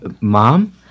Mom